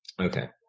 Okay